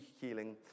healing